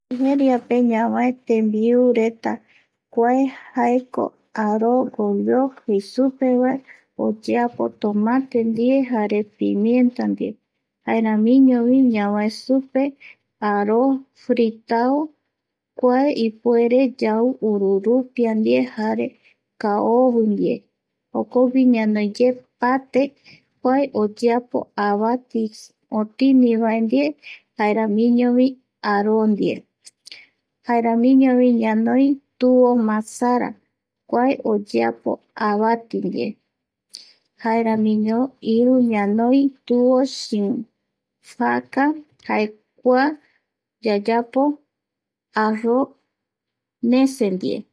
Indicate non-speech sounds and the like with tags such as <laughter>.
Nigeriape <noise> ñavae tembiureta, <noise> kua jaeko aro goyo jei supevae <noise> kua oyeapo tomate ndie <noise> jare pimienta ndie, <noise> jaeramiño ñavae supe aró fritao kua ipuere yau ururupia ndive jare kaovi ndie, <noise> jokogui ñanoiye <noise> pate kua oyeapo avati otinivae ndie <noise> jaeramiñovi aró ndie, <noise> jaeramiñovi ñanoi tuvo masara, kua oyeapo avati ndie, <noise> jaeramiño iru ñanoi tuosu pasta kua <noise> yayapo arroz nese ndie